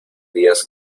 días